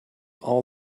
all